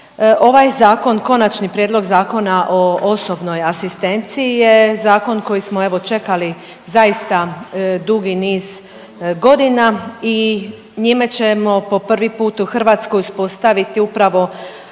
Ovaj zakon, Konačni prijedlog Zakona o osobnoj asistenciji je zakon koji smo evo čekali zaista dugi niz godina i njime ćemo po prvi put u Hrvatskoj uspostaviti upravo